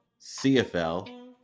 CFL